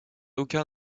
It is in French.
aucun